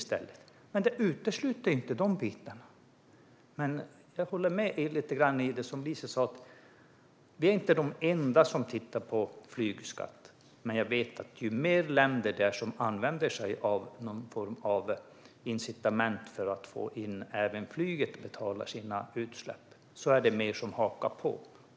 Men en flygskatt utesluter inte de bitarna. Jag håller lite grann med om det som Lise sa: Vi är inte de enda som tittar på flygskatt. Men jag vet att ju fler länder som använder sig av någon form av incitament för att få även flyget att betala sina utsläpp, desto fler är det som hakar på.